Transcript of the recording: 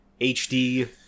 hd